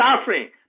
suffering